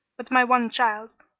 but my one child,